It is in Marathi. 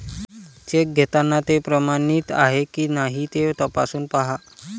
चेक घेताना ते प्रमाणित आहे की नाही ते तपासून पाहा